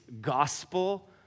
gospel